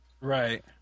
right